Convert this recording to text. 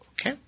Okay